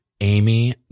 Amy